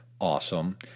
awesome